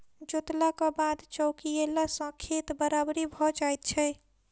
जोतलाक बाद चौकियेला सॅ खेत बराबरि भ जाइत छै